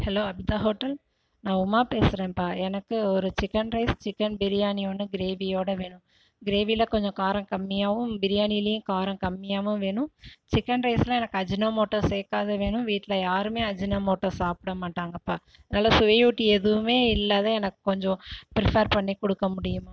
hello Abitha hotel Uma உமா பேசுகிறேப்பா எனக்கு ஒரு சிக்கன் ரைஸ் சிக்கன் பிரியாணி ஒன்று கிரேவியோடு வேணும் கிரேவியில் கொஞ்சம் காரம் கம்மியாகவும் பிரியாணிலேயும் காரம் கம்மியாகவும் வேணும் சிக்கன் ரைஸ்சில் எனக்கு அஜினோமோட்டோ சேர்க்காது வேணும் வீட்டில் யாருமே அஜினோமோட்டோ சாப்பிட மாட்டாங்கப்பா நல்லா சுவையூட்டி எதுவுமே இல்லாது எனக்கு கொஞ்சம் ப்ரிஃபேர் பண்ணி கொடுக்க முடியுமா